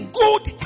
good